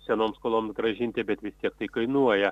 senom skolom grąžinti bet vis tiek tai kainuoja